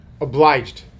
obliged